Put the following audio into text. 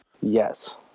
Yes